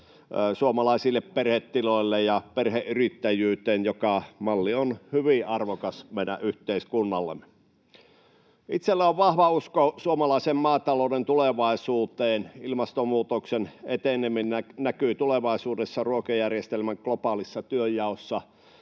suomalaisille perhetiloille ja perheyrittäjyyteen, jonka malli on hyvin arvokas meidän yhteiskunnallemme. Itselläni on vahva usko suomalaisen maatalouden tulevaisuuteen. Ilmastonmuutoksen eteneminen näkyy tulevaisuudessa ruokajärjestelmän globaalissa työnjaossa,